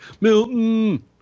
Milton